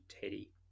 Teddy